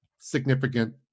significant